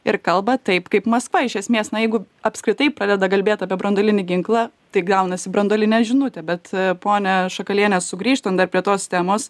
ir kalba taip kaip maskva iš esmės na jeigu apskritai pradeda kalbėt apie branduolinį ginklą tai gaunasi branduolinė žinutė bet ponia šakaliene sugrįžtant dar prie tos temos